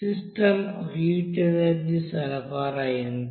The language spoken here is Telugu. సిస్టం కు హీట్ ఎనర్జీ సరఫరా ఎంత